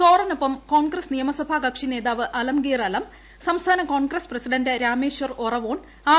സോറനൊപ്പം Congress എട്ടിയുമസഭാ കക്ഷി നേതാവ് അലംഗിർ അലം സംസ്ഥാന Congress president Rameshwar Oraon R